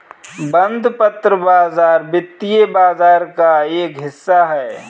बंधपत्र बाज़ार वित्तीय बाज़ार का एक हिस्सा है